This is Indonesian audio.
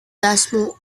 jasmu